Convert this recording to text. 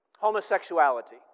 Homosexuality